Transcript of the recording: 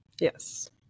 Yes